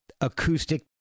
acoustic